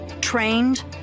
trained